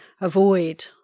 avoid